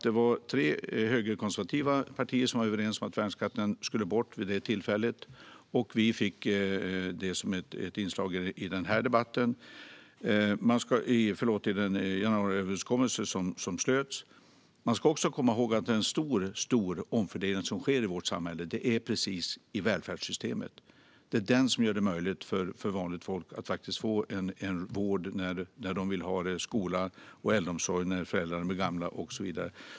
Det var tre högerkonservativa partier som var överens om att värnskatten skulle bort vid det tillfället, och vi fick det som ett inslag i den januariöverenskommelse som slöts. Man ska också komma ihåg att en stor omfördelning i vårt samhälle sker i välfärdssystemet. Det är det som gör det möjligt för vanligt folk att faktiskt få vård när de vill ha det, skola och äldreomsorg när föräldrarna blir gamla och så vidare.